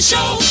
show